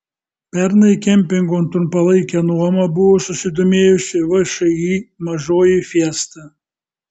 pernai kempingo trumpalaike nuoma buvo susidomėjusi všį mažoji fiesta